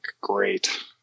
great